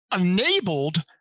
enabled